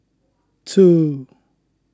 two